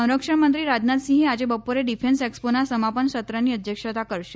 સંરક્ષણ મંત્રી રાજનાથસિંહ આજે બપોરે ડિફેન્સ એકસ્પોના સમાપનસત્રની અધ્યક્ષતા કરશે